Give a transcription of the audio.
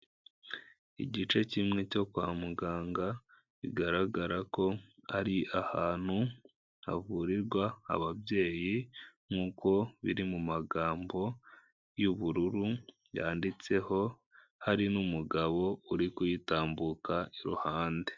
Igice kimwe cyo kwa muganga bigaragara ko ari ahantu havurirwa ababyeyi nk'uko biri mu magambo y'ubururu yanditseho, hari n'umugabo uri kuyitambuka iruhande.